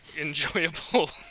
enjoyable